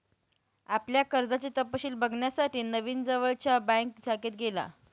आपल्या कर्जाचे तपशिल बघण्यासाठी नवीन जवळच्या बँक शाखेत गेला